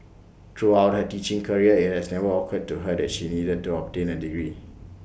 throughout her teaching career IT has never occurred to her that she needed to obtain A degree